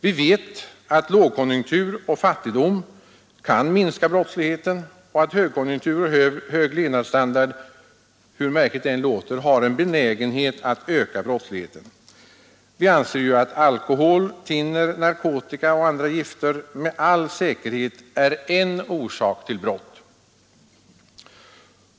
Vi vet att lågkonjunktur och fattigdom kan minska brottsligheten och att högkonjunktur och hög levnadsstandard hur märkligt det än låter — har en benägenhet att öka brottsligheten. Alkohol, thinner, narkotika och andra gifter är med all säkerhet en orsak till brott.